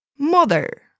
Mother